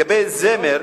לגבי זמר,